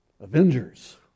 Avengers